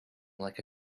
like